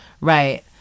Right